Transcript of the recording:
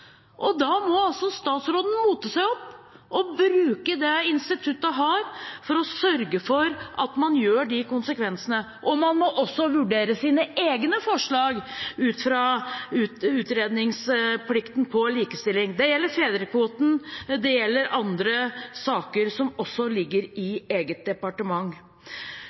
må da manne seg opp og bruke det instituttet hun har, for å sørge for at man utreder de konsekvensene. Man må også vurdere sine egne forslag ut fra utredningsinstruksen innen likestilling. Det gjelder fedrekvoten. Det gjelder også andre saker som ligger i eget departement.